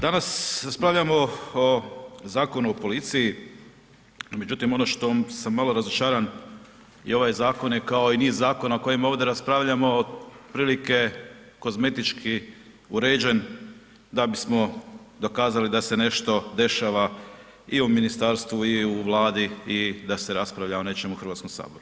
Danas raspravljamo o Zakonu o policiji, međutim ono što sam malo razočaran jer ovaj je zakon kao i niz zakona o kojima ovdje raspravljamo otprilike kozmetički uređen da bismo dokazali da se nešto dešava i u ministarstvu i u Vladi i da se raspravlja o nečemu u Hrvatskom saboru.